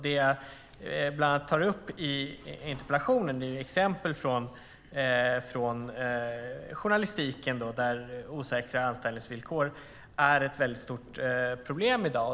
Det jag bland annat tar upp i interpellationen är exempel från journalistiken där osäkra anställningsvillkor är ett stort problem i dag.